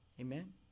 Amen